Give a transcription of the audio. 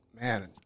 man